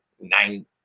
nine